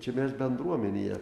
čia mes bendruomenėje